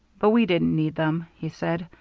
but we didn't need them, he said.